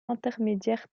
intermédiaire